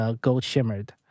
gold-shimmered